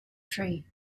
tree